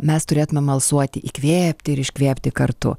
mes turėtumėm alsuoti įkvėpti ir iškvėpti kartu